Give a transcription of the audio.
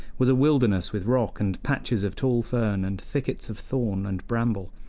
was a wilderness with rock and patches of tall fern and thickets of thorn and bramble,